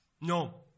No